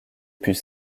put